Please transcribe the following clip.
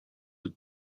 with